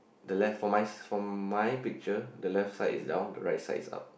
the left for my for my picture the left side is down the right side is up